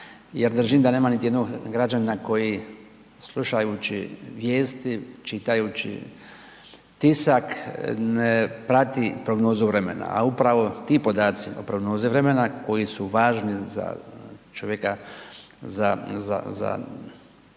jer držim da nema niti jednog građanina koji slušajući vijesti, čitajući tisak ne prati prognozu vremena. A upravo ti podaci o prognozi vremena koji su važni za čovjeka za